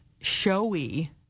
showy